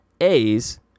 A's